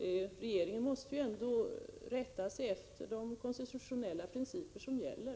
Regeringen måste ju ändå rätta sig efter de konstitutionella principer som gäller.